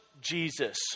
Jesus